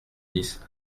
dix